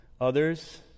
Others